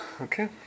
Okay